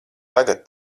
tagad